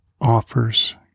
offers